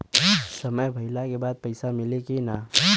समय भइला के बाद पैसा मिली कि ना?